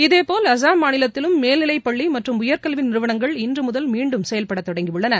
இதேபோல் அசாம் மாநிலத்திலும் மேல்நிலை பள்ளி மற்றும் உயர்கல்வி நிறுவனங்கள் இன்று முதல் மீண்டும் செயல்பட தொடங்கியுள்ளன